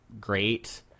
great